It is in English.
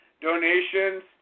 donations